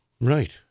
right